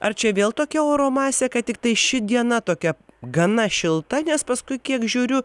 ar čia vėl tokia oro masė kad tiktai ši diena tokia gana šilta nes paskui kiek žiūriu